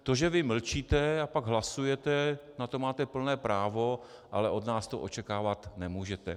To, že vy mlčíte a pak hlasujete, na to máte plné právo, ale od nás to očekávat nemůžete.